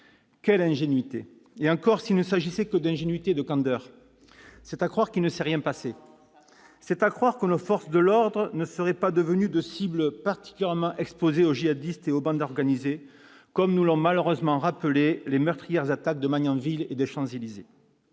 Quelle ingénuité ! Et encore, s'il ne s'agissait que d'ingénuité et de candeur ... Oh, ça va ! Mais c'est à croire qu'il ne s'est rien passé ! C'est juste. C'est à croire que nos forces de l'ordre ne seraient pas devenues des cibles particulièrement exposées aux djihadistes et aux bandes organisées, comme nous l'ont malheureusement rappelé les meurtrières attaques de Magnanville ou des Champs-Élysées.